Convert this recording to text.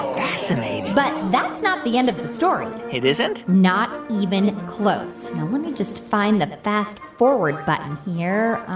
fascinating but that's not the end of the the story it isn't? not even close. now let me just find the the fast forward button here.